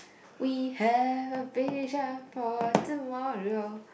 we have a vision for tomorrow